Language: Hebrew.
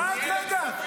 רק רגע,